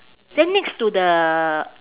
then next to the